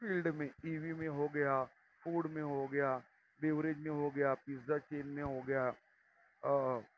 field میں E V میں ہوگیا فوڈ میں ہوگیا بیوریج میں ہوگیا پزا چین میں ہوگیا